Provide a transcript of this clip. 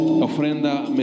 ofrenda